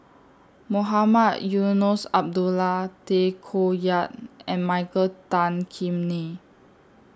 Mohamed Eunos Abdullah Tay Koh Yat and Michael Tan Kim Nei